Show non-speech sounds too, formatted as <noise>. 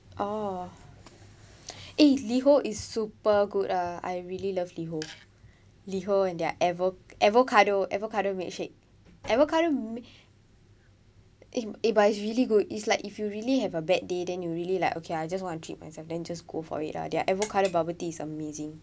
oo <breath> eh Liho is super good ah I really love Liho Liho and their avo~ avocado avocado milkshake avocado mi~ eh eh but it's really good it's like if you really have a bad day then you really like okay I just want to treat myself then just go for it ah their avocado bubble tea is amazing